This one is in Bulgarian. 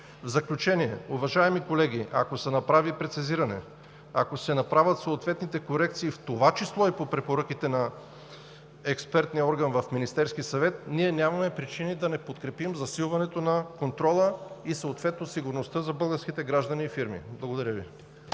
В заключение, уважаеми колеги, ако се направи прецизиране, ако се направят съответните корекции, в това число и по препоръките на експертния орган в Министерския съвет, ние нямаме причини да не подкрепим засилването на контрола и съответно сигурността за българските граждани и фирми. Благодаря Ви.